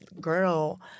girl